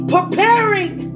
Preparing